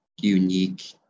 unique